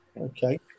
Okay